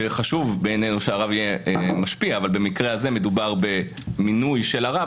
שחשוב בעינינו שהרב יהיה משפיע אבל במקרה הזה מדובר במינוי של הרב,